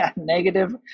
negative